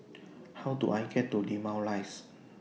How Do I get to Limau Rise